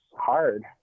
hard